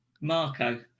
Marco